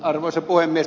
arvoisa puhemies